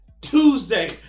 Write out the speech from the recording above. Tuesday